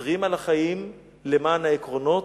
שמוותרים על חיים למען העקרונות,